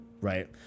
right